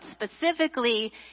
specifically